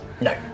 No